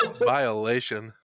Violation